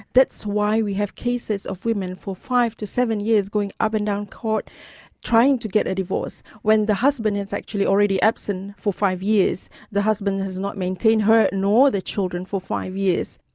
that's why we have cases of women for five to seven years going up and down court trying to get a divorce, when the husband is actually already absent for five years the husband has not maintained her nor the children for five years.